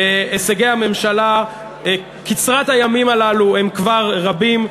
הישגי הממשלה קצרת הימים הללו הם כבר רבים.